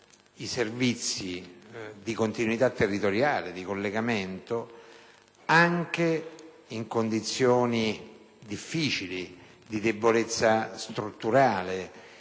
i servizi di continuità territoriale e di collegamento anche in condizioni difficili, di debolezza strutturale,